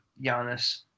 Giannis